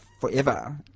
forever